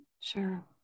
Sure